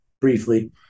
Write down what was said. briefly